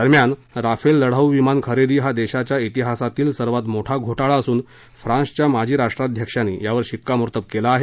दरम्यान राफेल लढाऊ विमान खेरदी हा देशाच्या तिहासातील सर्वात मोठा घोटाळा असून फ्रान्सच्या माजी राष्ट्राध्यक्षांनी यावर शिक्कामोर्तब केलं आहे